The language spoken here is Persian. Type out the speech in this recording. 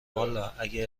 والا، اگه